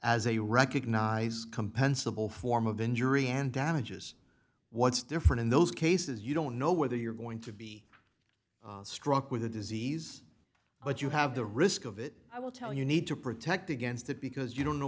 compensable form of injury and damage is what's different in those cases you don't know whether you're going to be struck with a disease but you have the risk of it i will tell you need to protect against it because you don't know